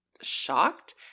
shocked